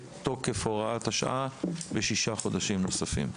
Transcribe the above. תוקף הוראת השעה בשישה חודשים נוספים.